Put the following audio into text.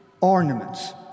ornaments